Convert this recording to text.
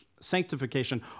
sanctification